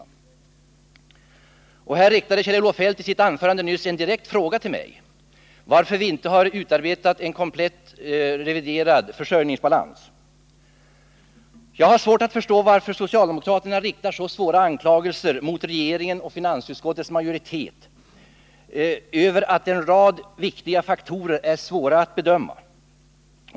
På den här punkten riktade Kjell-Olof Feldt i sitt anförande en direkt fråga till mig om varför vi inte utarbetat en komplett reviderad försörjningsbalans. Jag har svårt att förstå varför socialdemokraterna riktar så svåra anklagelser mot regeringen och finansutskottets majoritet för att en rad viktiga faktorer är svåra att bedöma.